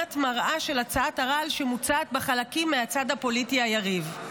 תמונת מראה של הצעת הרעל שמוצעת בחלקים מהצד הפוליטי היריב".